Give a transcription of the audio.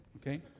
okay